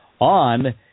on